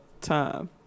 time